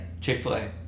Chick-fil-A